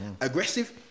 aggressive